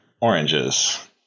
oranges